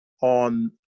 on